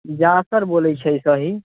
जासर बोलै छै सही